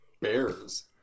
bears